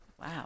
wow